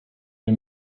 nie